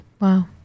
Wow